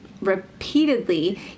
repeatedly